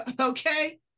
Okay